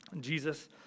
Jesus